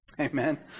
Amen